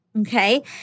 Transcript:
okay